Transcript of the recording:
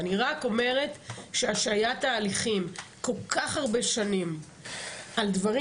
אני רק אומרת שהשהיית ההליכים כל כך הרבה שנים על דברים